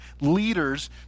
leaders